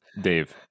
dave